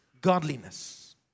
godliness